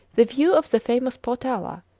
the view of the famous potala,